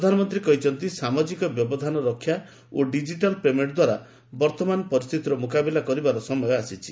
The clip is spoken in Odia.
ପ୍ରଧାନମନ୍ତ୍ରୀ କହିଛନ୍ତି ସାମାଜିକ ବ୍ୟବଧାନ ରକ୍ଷା ଓ ଡିକିଟାଲ୍ ପେମେଣ୍ଟ ଦ୍ୱାରା ବର୍ତ୍ତମାନ ପରିସ୍ଥିତିର ମୁକାବିଲା କରିବାର ସମୟ ଆସିଛି